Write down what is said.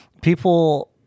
people